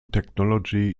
technology